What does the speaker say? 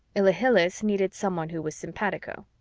ilhilihis needed someone who was simpatico.